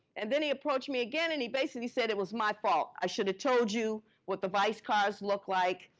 and then he approached me again and he basically said it was my fault. i should have told you what the vice cars look like.